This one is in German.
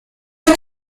mit